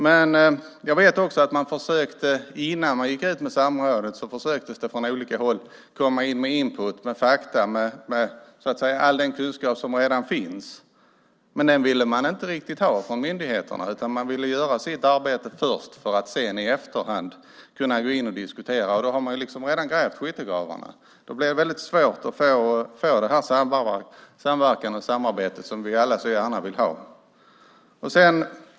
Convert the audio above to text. Men jag vet också att man innan man gick ut med samrådet från olika håll försökte komma in med input, fakta och all den kunskap som redan finns. Den ville man inte riktigt ha från myndigheterna, utan man ville göra sitt arbete först för att sedan i efterhand kunna gå in och diskutera. Då har man redan grävt skyttegravarna. Då blir det väldigt svårt att få den samverkan och det samarbete som vi alla så gärna vill ha.